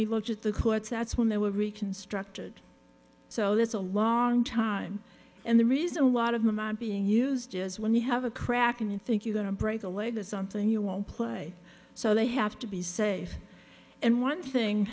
we looked at the courts that's when they were reconstructed so that's a long time and the reason lot of them are being used is when you have a crack and you think you got to break a leg or something you won't play so they have to be safe and one thing